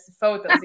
photos